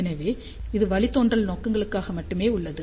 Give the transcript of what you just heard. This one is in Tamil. எனவே இதுவரை இது வழித்தோன்றல் நோக்கங்களுக்காக மட்டுமே உள்ளது